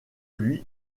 lui